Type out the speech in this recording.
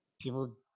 people